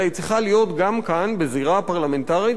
אלא היא צריכה להיות גם כאן בזירה הפרלמנטרית,